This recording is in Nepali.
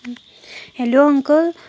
hello uncle